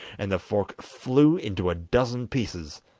and the fork flew into a dozen pieces.